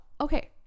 okay